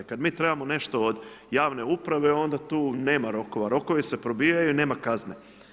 Kad mi trebamo nešto od javne uprave onda tu nema rokova, rokovi se probijaju, nema kazne.